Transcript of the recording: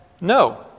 no